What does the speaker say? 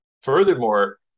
Furthermore